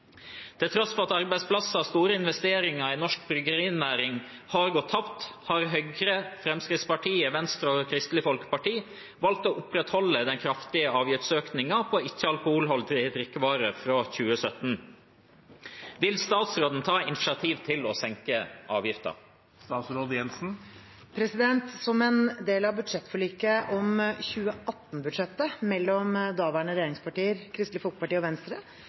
Til tross for at arbeidsplasser og store investeringer i norsk bryggerinæring har gått tapt, har Høyre, Fremskrittspartiet, Venstre og Kristelig Folkeparti valgt å opprettholde den kraftige avgiftsøkningen på ikke-alkoholholdige drikkevarer fra 2017. Vil statsråden ta initiativ til å senke avgiften?» Som en del av budsjettforliket om 2018-budsjettet mellom daværende regjeringspartier Kristelig Folkeparti og Venstre